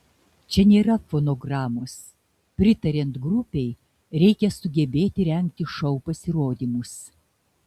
čia nėra fonogramos pritariant grupei reikia sugebėti rengti šou pasirodymus